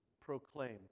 proclaim